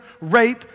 rape